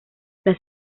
las